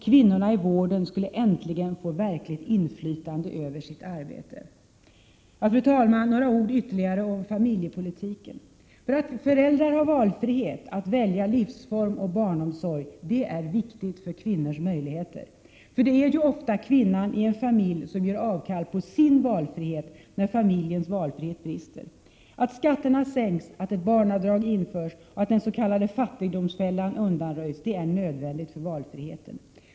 Kvinnorna i vården skulle äntligen få verkligt inflytande över sitt arbete. Fru talman! Ytterligare några ord om familjepolitiken: Att föräldrar har valfrihet att välja livsform och barnomsorg är viktigt för kvinnors möjligheter. Det är ofta kvinnan i en familj som gör avkall på sin valfrihet när familjens valfrihet brister. Att skatterna sänks, att ett barnavdrag införs och att den s.k. fattigdomsfällan undanröjs är nödvändigt för valfriheten.